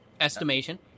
estimation